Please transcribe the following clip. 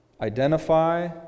identify